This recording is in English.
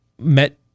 met